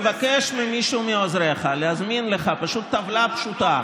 תבקש ממישהו מעוזריך להזמין לך פשוט טבלה פשוטה,